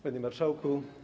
Panie Marszałku!